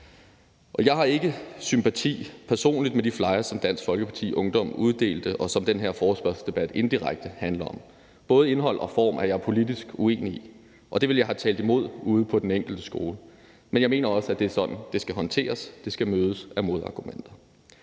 Jeg har personligt ikke sympati med de flyers, som Dansk Folkepartis Ungdom uddelte, og som den her forespørgselsdebat indirekte handler om. Både indhold og form er jeg politisk uenig i, og det ville jeg have talt imod ude på den enkelte skole. Men jeg mener også, at det er sådan, det skal håndteres. Det skal mødes af modargumenter.